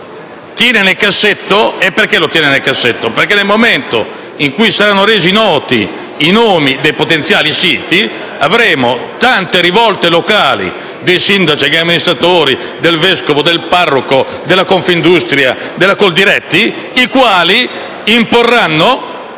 nel cassetto. Perché questo? Perché nel momento in cui saranno resi noti i nomi dei potenziali siti, avremo tante rivolte locali di sindaci, di amministratori, del vescovo, del parroco, della Confindustria, della Coldiretti, i quali imporranno